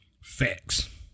Facts